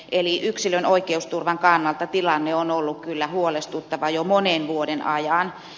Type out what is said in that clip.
eli yksilön oikeusturvan kannalta tilanne on ollut kyllä huolestuttava jo monen vuoden ajan